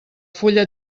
fulla